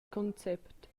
concept